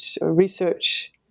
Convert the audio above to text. research